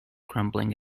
crumbling